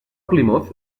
plymouth